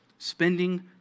Spending